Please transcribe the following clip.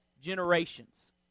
generations